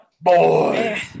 Boy